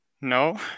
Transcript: No